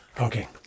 Okay